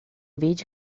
verde